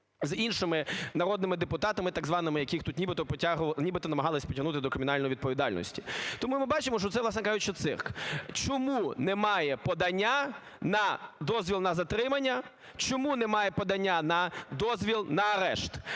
з іншими народними депутатами так званими, яких тут нібито намагалися притягнути до кримінальної відповідальності. Тому ми бачимо, що це, власне кажучи, цирк. Чому немає подання на дозвіл на затримання? Чому немає подання на дозвіл на арешт?